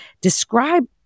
describe